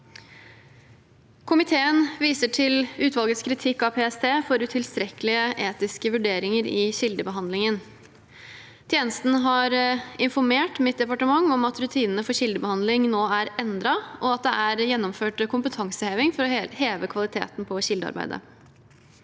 Komiteen viser til utvalgets kritikk av PST for utilstrekkelige etiske vurderinger i kildebehandlingen. Tje nesten har informert mitt departement om at rutinene for kildebehandling nå er endret, og at det er gjennomført kompetanseheving for å heve kvaliteten på kildearbeidet.